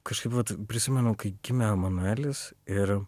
kažkaip vat prisimenu kai gimė emanuelis ir